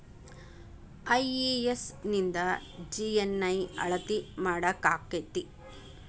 IES ನಿಂದ GNI ಅಳತಿ ಮಾಡಾಕಕ್ಕೆತಿ?